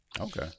okay